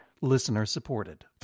listener-supported